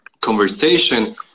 conversation